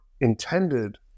intended